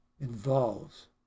involves